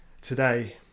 today